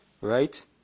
right